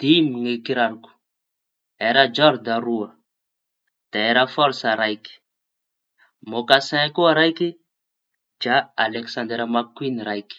Dimy ny kiraroko: er jord roa da er forse raiky, môkasain koa raiky dra aleksandera maka koin raiky.